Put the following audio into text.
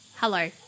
Hello